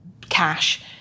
cash